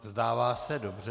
Vzdává se, dobře.